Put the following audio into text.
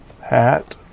hat